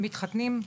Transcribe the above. הם מתחתנים,